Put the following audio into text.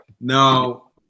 Now